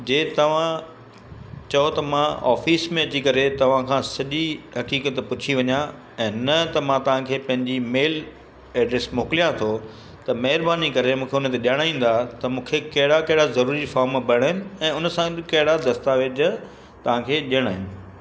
जे तव्हां चयो त मां ऑफ़िस में अची करे तव्हां खां सॼी हक़ीक़त पुछी वञा ऐं न त मां तव्हांखे पंहिंजी मेल एड्रेस मोकिलियांव थो त महिरबानी करे मूंखे हुन ते ॼाणाईंदा त मूंखे कहिड़ा कहिड़ा ज़रूरी फॉम भरिणा आहिनि ऐं हुन सां गॾु कहिड़ा दस्तावेज़ु तव्हांखे ॾियणा आहिनि